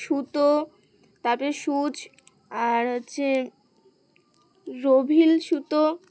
সুতো তারপরে সুচ আর হচ্ছে রভিল সুতো